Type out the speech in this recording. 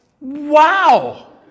wow